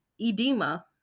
edema